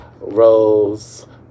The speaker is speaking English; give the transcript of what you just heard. rose